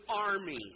army